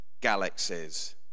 galaxies